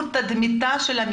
הראשון הוא שיפור תדמית המקצוע.